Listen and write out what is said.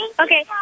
Okay